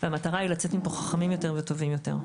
והמטרה היא לצאת מפה חכמים יותר וטובים יותר.